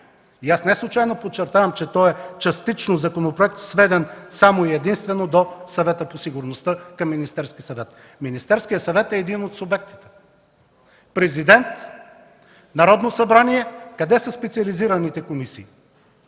Неслучайно подчертавам, че той е частично законопроект сведен само и единствено до Съвета по сигурността към Министерския съвет. Министерският съвет е един от субектите – президент, Народно събрание. Къде са специализираните комисии?